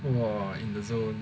!wah! in the zone